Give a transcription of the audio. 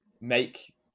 make